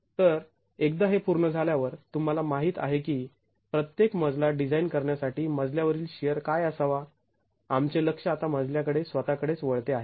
तर एकदा हे पूर्ण झाल्यावर तुम्हाला माहीत आहे की प्रत्येक मजला डिझाईन करण्यासाठी मजल्या वरील शिअर काय असावा आमचे लक्ष आता मजल्या कडे स्वतःकडेच वळते आहे